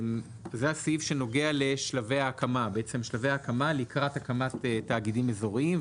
זה הסעיף שנוגע לשלבי ההקמה לקראת הקמת תאגידים אזוריים,